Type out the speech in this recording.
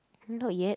not yet